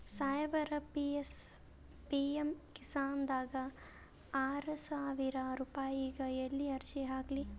ಸಾಹೇಬರ, ಪಿ.ಎಮ್ ಕಿಸಾನ್ ದಾಗ ಆರಸಾವಿರ ರುಪಾಯಿಗ ಎಲ್ಲಿ ಅರ್ಜಿ ಹಾಕ್ಲಿ?